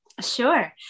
Sure